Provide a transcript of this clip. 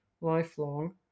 Lifelong